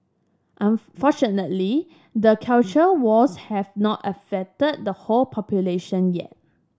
unfortunately the culture wars have not infected the whole population yet